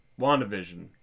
WandaVision